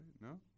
No